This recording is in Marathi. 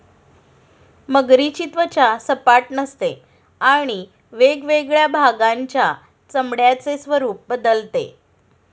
मगरीची त्वचा सपाट नसते आणि वेगवेगळ्या भागांच्या चामड्याचे स्वरूप बदलते